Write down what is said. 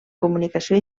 comunicació